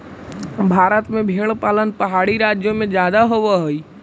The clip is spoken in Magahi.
भारत में भेंड़ पालन पहाड़ी राज्यों में जादे होब हई